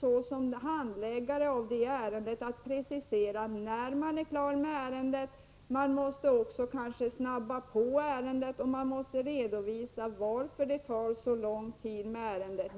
såsom handläggare vara tvungen att precisera när man är klar med ärendet, och man kanske måste snabba på ärendet eller redovisa varför det tarlång tid.